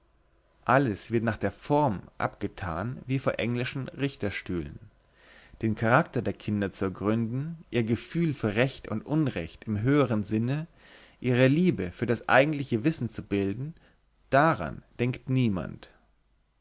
alles wird nach der form abgetan wie vor englischen richterstühlen den charakter der kinder zu ergründen ihr gefühl für recht und unrecht im höheren sinn ihre liebe für das eigentliche wissen zu bilden daran denkt niemand